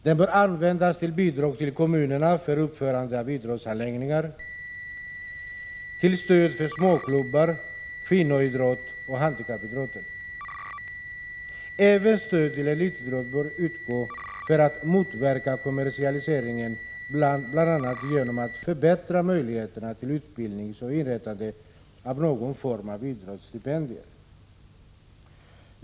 Det bör användas till bidrag till kommunerna för uppförande av idrottsanläggningar, till stöd för småklubbar, kvinnoidrott och handikappidrott. Även stöd till elitidrott bör utgå för att motverka kommersialiseringen, bl.a. genom förbättrade möjligheter till utbildning och inrättande av någon form av idrottsstipendier.